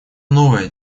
новое